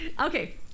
okay